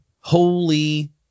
Holy